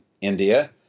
India